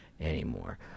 anymore